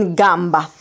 gamba